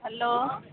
hello